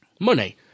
money